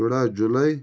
شُراہ جُلائی